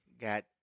Got